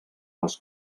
les